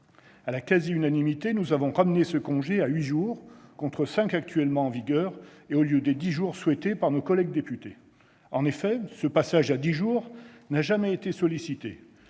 À la quasi-unanimité, nous avons ramené ce congé à huit jours, contre les cinq qui sont actuellement en vigueur, et au lieu des dix jours souhaités par nos collègues députés. En effet, ce passage à dix jours n'a jamais été sollicité,